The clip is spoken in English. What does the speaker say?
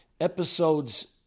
Episodes